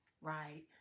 Right